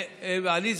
עליזה,